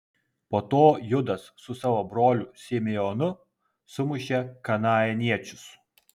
po to judas su savo broliu simeonu sumušė kanaaniečius